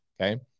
okay